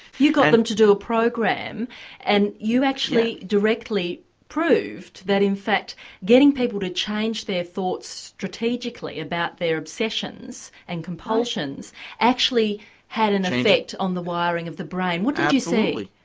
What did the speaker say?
you got them to do a program and you actually directly proved that in fact getting people to change their thoughts strategically about their obsessions and compulsions actually had an effect on the wiring of the brain. what did you see?